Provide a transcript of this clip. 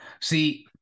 See